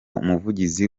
umuvugizi